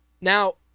Now